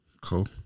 Cool